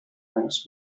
friends